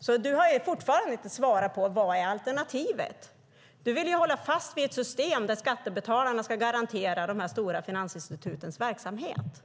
Jörgen Andersson har fortfarande inte svarat på vad som är alternativet. Han vill hålla fast vid ett system där skattebetalarna ska garantera de stora finansinstitutens verksamhet.